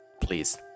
please